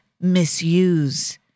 misuse